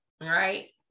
right